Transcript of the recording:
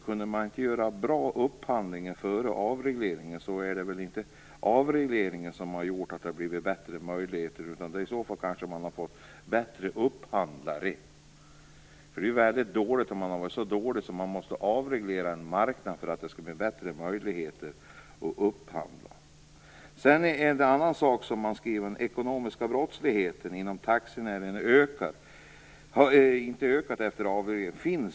Kunde man inte göra bra upphandlingar före avregleringen är det väl inte denna som gjort att det har blivit bättre möjligheter nu, utan i så fall har man kanske fått bättre upphandlare. Det är ju väldigt illa om man har varit så dålig på detta att man måste avreglera en marknad för att det skall bli bättre möjligheter till upphandling. Man skriver också i svaret att det inte finns något underlag för att bedöma om ekobrottsligheten inom taxinäringen har ökat efter avregleringen.